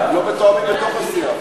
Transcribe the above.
מה זה, האלה?